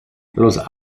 los